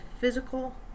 physical